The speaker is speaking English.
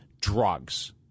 drugs